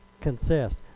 consist